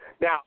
Now